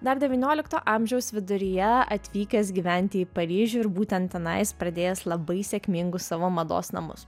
dar devyniolikto amžiaus viduryje atvykęs gyventi į paryžių ir būtent tenais pradėjęs labai sėkmingus savo mados namus